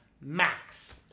Max